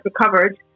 recovered